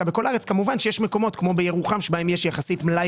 כמובן שיש מקומות כמו בירוחם בהם יש יחסית מלאי